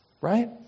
right